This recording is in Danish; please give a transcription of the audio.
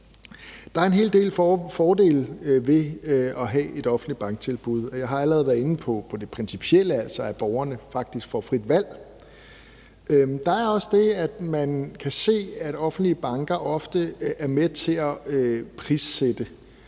Der er en hel del fordele ved at have et offentligt banktilbud. Jeg har allerede været inde på det principielle, altså at borgerne faktisk får frit valg. Der er også det, at man kan se, at offentlige banker ofte er med til at prissætte,